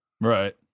Right